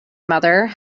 mother